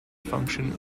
function